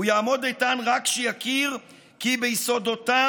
הוא יעמוד איתן רק כשיכיר כי ביסודותיו